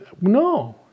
No